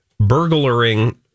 burglaring